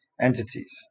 entities